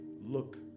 look